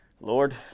Lord